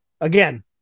again